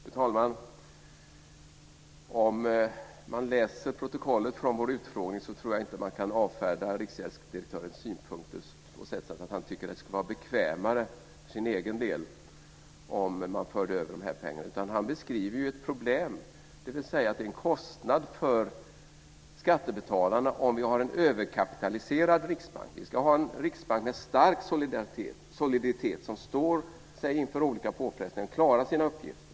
Fru talman! Om man läser protokollet från vår utfrågning tror jag inte att man kan avfärda riksgäldsdirektörens synpunkter genom att säga att han tycker att det skulle vara bekvämare för sin egen del om man förde över de här pengarna. Han beskriver ju ett problem, nämligen att det är en kostnad för skattebetalarna om vi har en överkapitaliserad riksbank. Vi ska ha en riksbank med stark soliditet som står sig inför olika påfrestningar och klarar sina uppgifter.